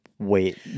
wait